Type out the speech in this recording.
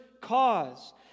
cause